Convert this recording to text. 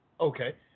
Okay